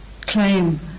claim